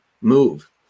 move